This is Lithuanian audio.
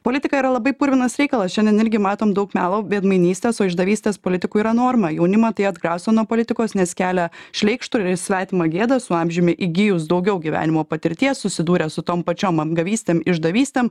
politika yra labai purvinas reikalas šiandien irgi matom daug melo veidmainystės o išdavystės politikui yra norma jaunimą tai atgraso nuo politikos nes kelia šleikštulį ir svetimą gėdą su amžiumi įgijus daugiau gyvenimo patirties susidūrę su tom pačiom apgavystėm išdavystėm